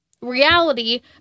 reality